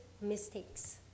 mistakes